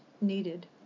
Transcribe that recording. needed